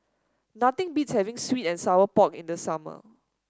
nothing beats having sweet and Sour Pork in the summer